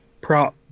prop